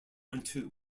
unto